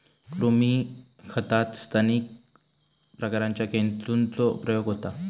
कृमी खतात स्थानिक प्रकारांच्या केंचुचो प्रयोग होता